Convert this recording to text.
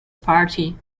party